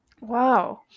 wow